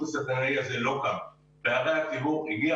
השוק הסיטונאי הזה לא קם.